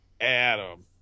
adam